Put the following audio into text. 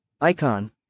Icon